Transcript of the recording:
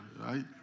right